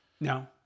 No